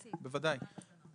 התקנות